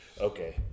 Okay